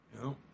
No